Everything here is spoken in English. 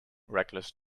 reckless